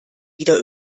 wieder